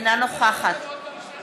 אינה נוכחת